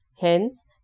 Hence